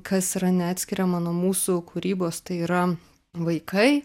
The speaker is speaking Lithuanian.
kas yra neatskiriama nuo mūsų kūrybos tai yra vaikai